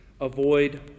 avoid